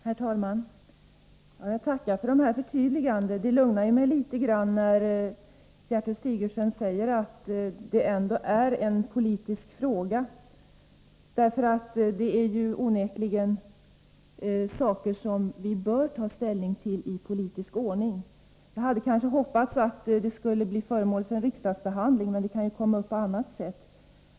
Herr talman! Jag tackar för de här förtydligandena. Det lugnar mig litet grand, när Gertrud Sigurdsen säger att det ändå är en politisk fråga. Det här är ju onekligen saker som vi bör ta ställning till i politisk ordning. Jag hade kanske hoppats att frågorna skulle bli föremål för riksdagsbehandling, men de kan ju komma upp på annat sätt.